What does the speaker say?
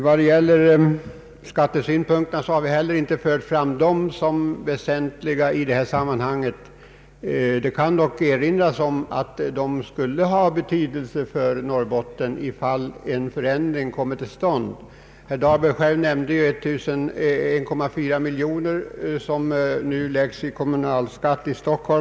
Vi har heller inte fört fram skattesynpunkterna som väsentliga i sammanhanget. Det kan dock erinras om att de skulle ha betydelse för Norrbotten om en förändring kom till stånd. Herr Dahlberg nämnde själv 1,4 miljoner kronor som nu betalas i kommunalskatt i Stockholm.